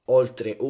oltre